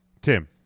Tim